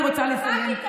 אני רוצה לסיים.